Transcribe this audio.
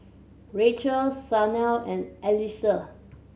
Rachelle Shanell and Alexus